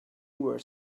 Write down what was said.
were